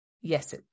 yes